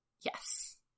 Yes